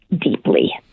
deeply